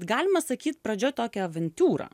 galima sakyt pradžioj tokią avantiūrą